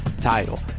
title